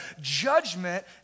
judgment